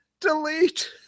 delete